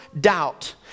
doubt